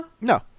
No